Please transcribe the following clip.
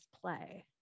play